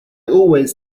always